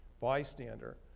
bystander